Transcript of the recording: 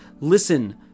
listen